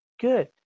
Good